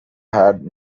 had